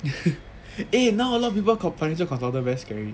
eh now a lot of people financial consultant very scary